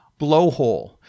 blowhole